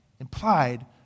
implied